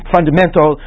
fundamental